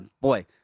boy